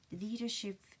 leadership